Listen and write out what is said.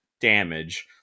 damage